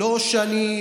לא שאני,